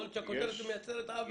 יכול להיות שהכותרת מייצרת עוול.